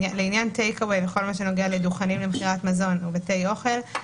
לעניין Take away בכל מה שנוגע לדוכנים למכירת מזון ובתי אוכל,